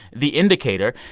the indicator,